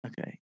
Okay